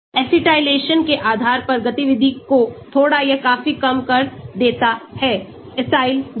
Acylation के आधार पर गतिविधि को थोड़ा या काफी कम कर देता है Acyl Group